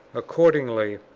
accordingly,